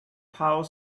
power